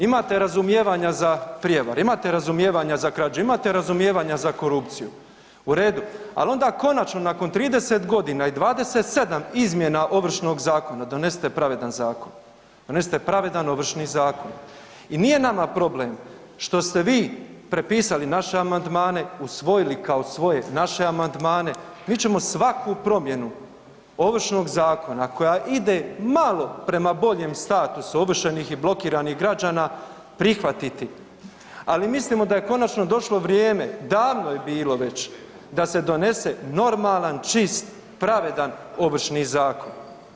Imate razumijevanja za prijevare, imate razumijevanja za krađe, imate razumijevanja za korupciju, u redu, ali onda konačno nakon 30 godina i 27 izmjena Ovršnog zakona, donesite pravedan zakon, donesite pravedan Ovršni zakon i nije nama problem što ste vi prepisali naše amandmane, usvojili kao svoje, naše amandmane, mi ćemo svaku promjenu Ovršnog zakona koja ide malo prema boljem statusu ovršenih i blokiranih građana prihvatiti, ali mislimo da je konačno došlo vrijeme, davno je bilo već, da se donese normalan čist, pravedan Ovršni zakon.